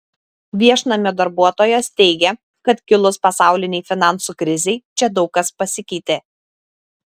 viešnamio darbuotojos teigia kad kilus pasaulinei finansų krizei čia daug kas pasikeitė